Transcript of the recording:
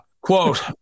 quote